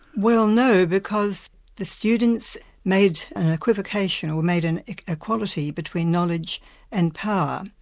well no, because the students made an equivocation or made an equality between knowledge and power,